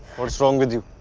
what's wrong with you?